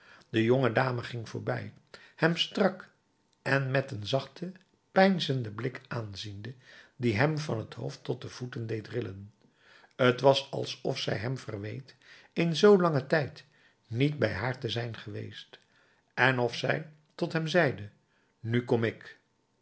de jonge dame ging voorbij hem strak en met een zachten peinzenden blik aanziende die hem van t hoofd tot de voeten deed rillen t was alsof zij hem verweet in zoolangen tijd niet bij haar te zijn geweest en of zij tot hem zeide nu kom ik